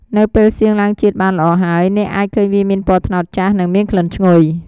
នៅពេលសៀងឡើងជាតិបានល្អហើយ អ្នកអាចឃើញវាមានពណ៌ត្នោតចាស់ និងមានក្លិនឈ្ងុយ។